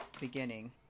beginning